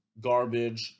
garbage